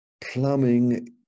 plumbing